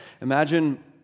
Imagine